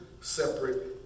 separate